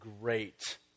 great